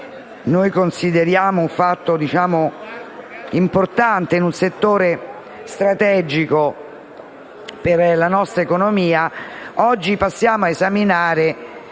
noi consideriamo un fatto importante per un settore strategico della nostra economia, oggi passiamo ad esaminare